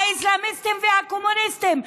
האסלאמיסטים והקומוניסטים,